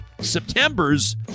September's